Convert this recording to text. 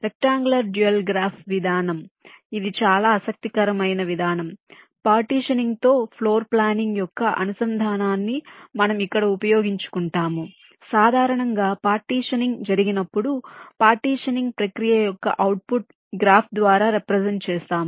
rectangular dual graph విధానం ఇది చాలా ఆసక్తికరమైన విధానం పార్టీషనింగ్ తో ఫ్లోర్ ప్లానింగ్ యొక్క అనుసంధానాన్ని మనము ఇక్కడ ఉపయోగించుకుంటాము సాధారణంగా పార్టీషనింగ్ జరిగినప్పుడు పార్టీషనింగ్ ప్రక్రియ యొక్క అవుట్పుట్ గ్రాఫ్ ద్వారా రెప్రెసెంట్ చేస్తాము